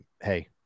Hey